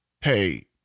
Hey